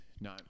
No